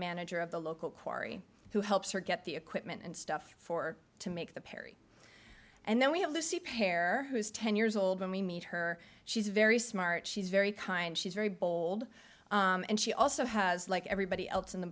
manager of the local quarry who helps her get the equipment and stuff for to make the parry and then we have the sea pair who is ten years old when we meet her she's very smart she's very kind she's very bold and she also has like everybody else in the